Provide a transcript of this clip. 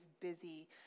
busy